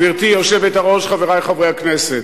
גברתי היושבת-ראש, חברי חברי הכנסת,